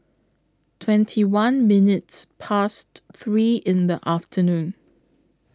twenty one minutes Past three in The afternoon